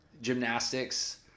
gymnastics